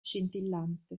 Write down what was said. scintillante